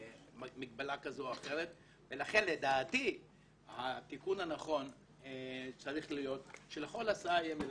לכן לדעתי התיקון הנכון צריך להיות שלכל הסעה יהיה מלווה,